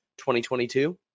2022